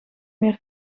meer